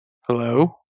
Hello